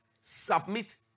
submit